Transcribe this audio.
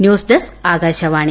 news desk Akashvani